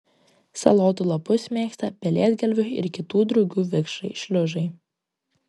salotų lapus mėgsta pelėdgalvių ir kitų drugių vikšrai šliužai